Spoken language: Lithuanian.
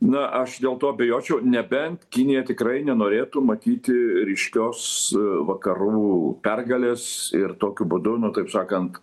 na aš dėl to abejočiau nebent kinija tikrai nenorėtų matyti ryškios vakarų pergalės ir tokiu būdu nu taip sakant